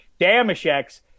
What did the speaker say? Damashek's